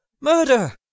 Murder